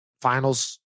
finals